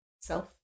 self